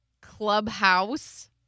Clubhouse